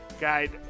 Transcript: guide